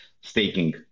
staking